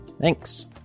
Thanks